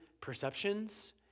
perceptions